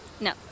No